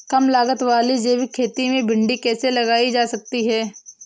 कम लागत वाली जैविक खेती में भिंडी कैसे लगाई जा सकती है?